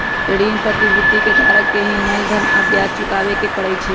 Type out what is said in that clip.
ऋण प्रतिभूति के धारक के ही मूलधन आ ब्याज चुकावे के परई छई